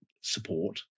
support